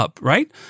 right